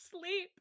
sleep